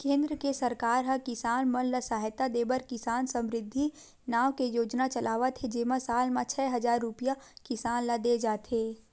केंद्र के सरकार ह किसान मन ल सहायता देबर किसान समरिद्धि नाव के योजना चलावत हे जेमा साल म छै हजार रूपिया किसान ल दे जाथे